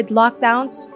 lockdowns